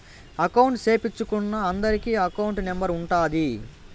account సేపిచ్చుకున్నా అందరికి account number ఉంటాది